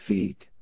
Feet